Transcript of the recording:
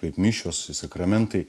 kaip mišios sakramentai